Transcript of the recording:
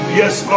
yes